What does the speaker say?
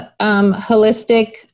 holistic